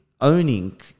owning